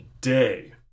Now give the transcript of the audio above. day